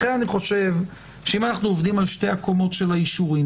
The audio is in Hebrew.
לכן אני חושב שאם אנחנו עובדים על שתי הקומות של האישורים,